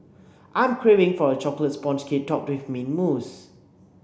I am craving for a chocolate sponge cake topped with mint mousse